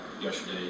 yesterday